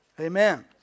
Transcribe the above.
Amen